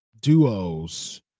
duos